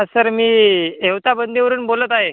sir मी एवताबंदीवरुन बोलत आहे